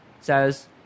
says